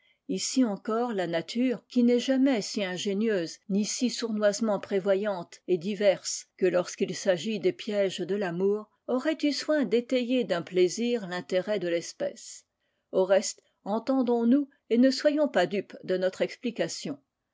ici encore la nature qui n'est jamais si ingénieuse ni si sournoisement prévoyante et diverse que lorsqu'il s'agit des pièges de tamour aurait eu soin d'étayer d'un plaisir l'intérêt de l'espèce au reste entendons-nous et ne soyons pas dupe de notre explication